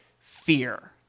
fear